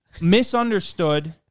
misunderstood